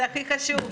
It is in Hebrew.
זה הכי חשוב,